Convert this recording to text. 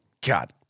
God